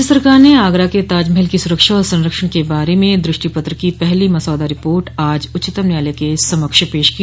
राज्य सरकार ने आगरा के ताज महल की सुरक्षा और संरक्षण के बारे में दृष्टिपत्र की पहली मसौदा रिपोट आज उच्चतम न्यायालय के समक्ष पेश की